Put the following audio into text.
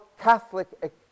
Catholic